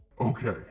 okay